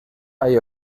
hay